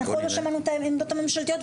אנחנו לא שמענו את --- ואת הממשלתיות,